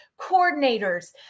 coordinators